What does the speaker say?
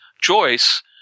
Joyce